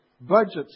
Budgets